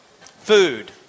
Food